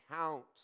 counts